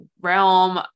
realm